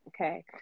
okay